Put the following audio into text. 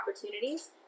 opportunities